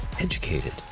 educated